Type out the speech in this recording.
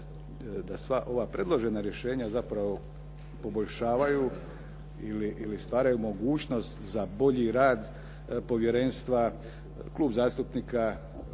da sva ova predložena rješenja zapravo poboljšavaju ili stvaraju mogućnost za bolji rad povjerenstva Klub zastupnika